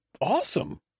Awesome